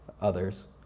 others